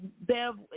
Bev